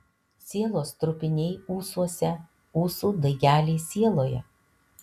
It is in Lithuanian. sielos trupiniai ūsuose ūsų daigeliai sieloje